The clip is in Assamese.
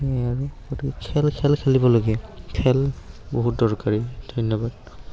সেই আৰু গতিকে খেল খেল খেলিব লাগে খেল বহুত দৰকাৰী ধন্যবাদ